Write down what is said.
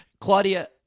Claudia